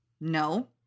No